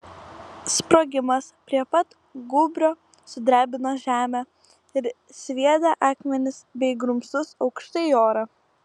sprogimas prie pat gūbrio sudrebino žemę ir sviedė akmenis bei grumstus aukštai į orą